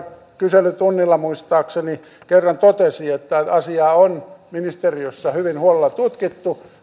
kyselytunnilla muistaakseni kerran totesi että asiaa on ministeriössä hyvin huolella tutkittu mutta